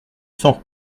sang